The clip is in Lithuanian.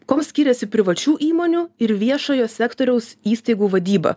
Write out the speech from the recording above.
kuom skiriasi privačių įmonių ir viešojo sektoriaus įstaigų vadyba